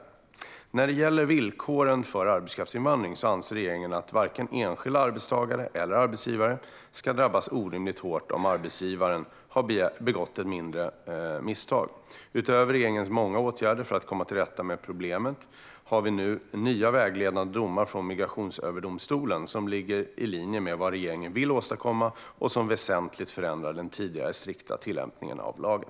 När det gäller villkoren för arbetskraftsinvandring anser regeringen att varken enskilda arbetstagare eller arbetsgivare ska drabbas orimligt hårt om arbetsgivaren har begått ett mindre misstag. Utöver regeringens många åtgärder för att komma till rätta med problemet har vi nu nya vägledande domar från Migrationsöverdomstolen som ligger i linje med vad regeringen vill åstadkomma och som väsentligt förändrar den tidigare strikta tillämpningen av lagen.